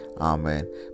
Amen